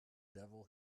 devil